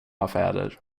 affärer